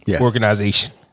organization